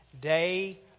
day